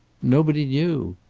nobody knew.